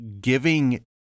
giving